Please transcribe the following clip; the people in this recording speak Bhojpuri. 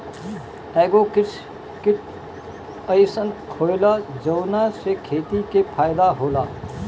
एगो कृषि किट अइसन होएला जवना से खेती के फायदा होला